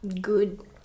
good